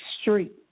street